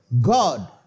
God